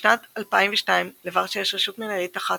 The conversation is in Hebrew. משנת 2002 לוורשה יש רשות מנהלית אחת,